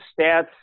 stats